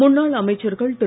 முன்னாள் அமைச்சர்கள் திரு